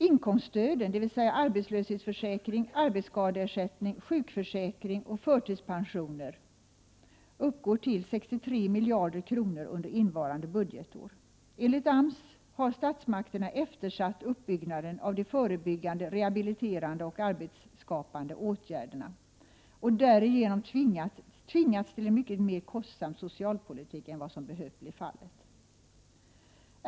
Inkomststöden, dvs. arbetslöshetsförsäkring, arbetsskadeersättning, sjukförsäkring och förtidspensioner, uppgår till 63 miljarder kronor under innevarande budgetår. Enligt AMS har statsmakterna eftersatt uppbyggnaden av de förebyggande rehabiliterande och arbetsskapande åtgärderna och därige 147 nom tvingats till en mycket mer kostsam socialpolitik än vad som hade behövt bli fallet.